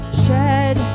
shed